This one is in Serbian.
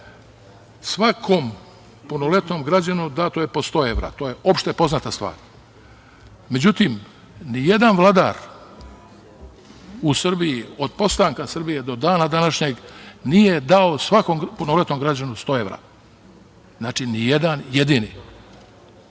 svakom punoletnom građaninu dato je po 100 evra, to je opšte poznata stvar, međutim ni jedan vladar u Srbiji od postanka Srbije do dana današnjeg nije dao svakom punoletnom građaninu 100 evra. Znači, ni jedan jedini.